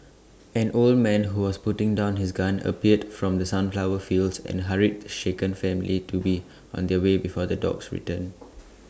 an old man who was putting down his gun appeared from the sunflower fields and hurried the shaken family to be on their way before the dogs return